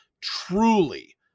truly